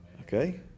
Okay